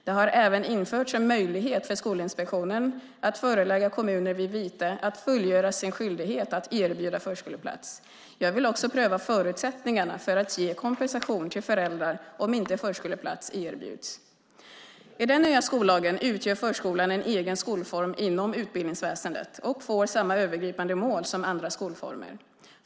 Det har även införts en möjlighet för Skolinspektionen att förelägga kommuner vid vite att fullgöra sin skyldighet att erbjuda förskoleplats. Jag vill också pröva förutsättningarna för att ge kompensation till föräldrar om förskoleplats inte erbjuds. I den nya skollagen utgör förskolan en egen skolform inom utbildningsväsendet och får samma övergripande mål som andra skolformer.